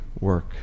work